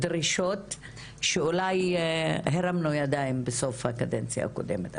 ודרישות שאולי הרמנו ידיים בסוף הקדנציה הקודמת,